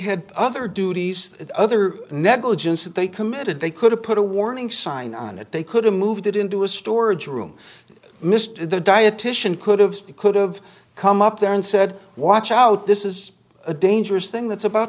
had other duties that other negligence that they committed they could have put a warning sign on it they could have moved it into a storage room missed the dietician could have could have come up there and said watch out this is a dangerous thing that's about